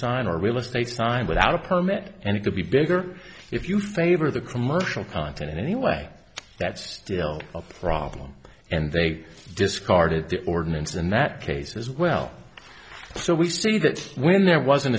sign or real estate time without a permit and it could be bigger if you favor the commercial content in any way that's still a problem and they discarded the ordinance in that case as well so we see that when there wasn't